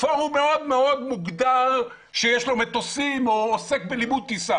פורום מאוד מוגדר שיש לו מטוסים או עוסק בלימוד טיסה